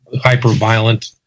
hyper-violent